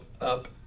up